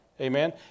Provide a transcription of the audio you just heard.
Amen